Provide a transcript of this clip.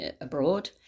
abroad